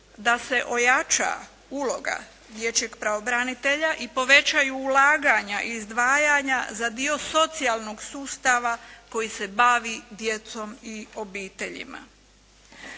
da se ojača uloga dječjeg pravobranitelja i povećaju ulaganja i izdvajanja za dio socijalnog sustava koji se bavi djelom i obiteljima.